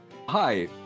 Hi